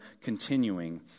continuing